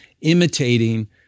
imitating